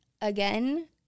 again